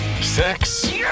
Sex